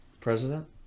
President